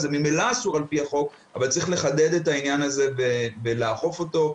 זה ממילא אסור על פי החוק אבל צריך לחדד את העניין הזה ולאכוף אותו.